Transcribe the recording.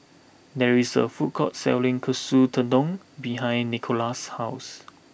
there is a food court selling Katsu Tendon behind Nicola's house